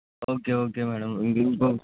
okay okay madam